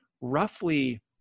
roughly